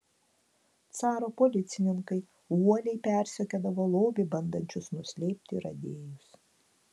caro policininkai uoliai persekiodavo lobį bandančius nuslėpti radėjus